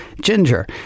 Ginger